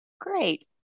Great